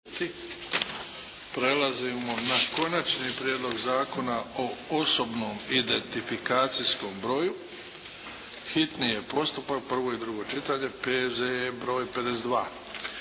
(HDZ)** 15, Konačni prijedlog Zakona o osobnom identifikacijskom broju, hitni je postupak, prvo i drugo čitanje P.Z.E. broj 52.